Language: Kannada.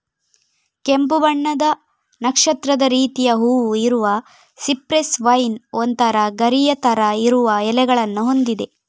ಕೆಂಪು ಬಣ್ಣದ ನಕ್ಷತ್ರದ ರೀತಿಯ ಹೂವು ಇರುವ ಸಿಪ್ರೆಸ್ ವೈನ್ ಒಂತರ ಗರಿಯ ತರ ಇರುವ ಎಲೆಗಳನ್ನ ಹೊಂದಿದೆ